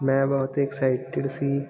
ਮੈਂ ਬਹੁਤ ਐਕਸਾਈਟਿਡ ਸੀ